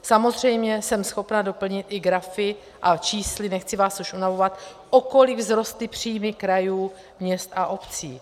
Samozřejmě jsem schopna doplnit i grafy s čísly, nechci vás už unavovat, o kolik vzrostly příjmy krajů, měst a obcí.